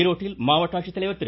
ஈரோடில் மாவட்ட ஆட்சித்தலைவா் திரு